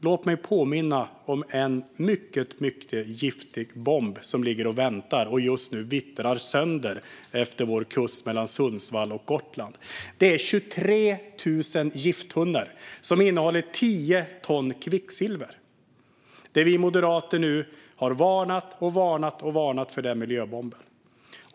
Låt mig påminna om en mycket giftig bomb som ligger och väntar och just nu vittrar sönder vid vår kust mellan Sundsvall och Gotland. Det är 23 000 gifttunnor som innehåller tio ton kvicksilver. Vi moderater har varnat och varnat för denna miljöbomb.